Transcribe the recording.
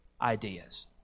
ideas